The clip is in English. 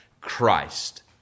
Christ